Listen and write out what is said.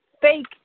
fake